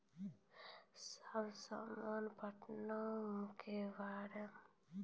सामान्य पटवनो के तुलना मे ड्रिप पटवन के प्राथमिकता देलो जाय छै